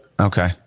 okay